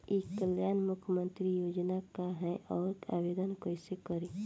ई कल्याण मुख्यमंत्री योजना का है और आवेदन कईसे करी?